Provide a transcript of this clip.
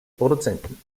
produzenten